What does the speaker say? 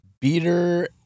Beater